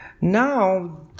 Now